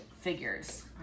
figures